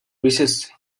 wishes